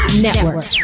Network